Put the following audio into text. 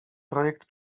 projekt